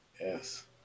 Yes